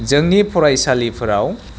जोंनि फरायसालिफोराव